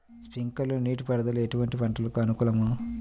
Sprinkler నీటిపారుదల ఎటువంటి పంటలకు అనుకూలము?